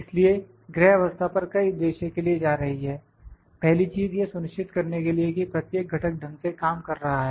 इसलिए ग्रह अवस्था पर कई उद्देश्य के लिए जा रही है पहली चीज यह सुनिश्चित करने के लिए कि प्रत्येक घटक ढंग से काम कर रहा है